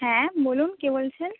হ্যাঁ বলুন কে বলছেন